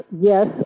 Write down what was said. yes